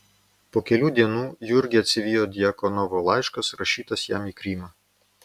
po kelių dienų jurgį atsivijo djakonovo laiškas rašytas jam į krymą